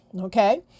okay